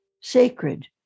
sacred